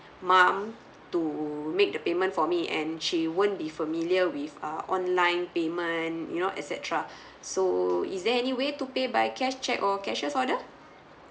mum to make the payment for me and she won't be familiar with uh online payment you know et cetera so is there any way to pay by cash cheque or cashier's order